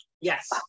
yes